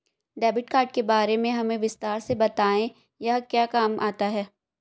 Debit card के बारे में हमें विस्तार से बताएं यह क्या काम आता है?